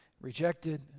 rejected